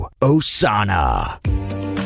Osana